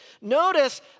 Notice